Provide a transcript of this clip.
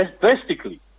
drastically